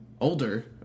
older